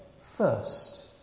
first